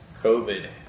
COVID